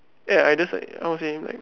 eh I just like how to say is like